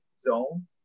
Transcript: zone